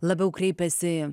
labiau kreipiasi